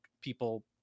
people